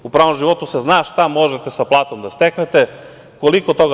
U pravom životu se zna šta možete sa platom da steknete, koliko toga.